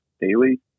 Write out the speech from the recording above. daily